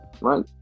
right